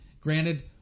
Granted